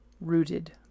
rooted